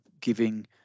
giving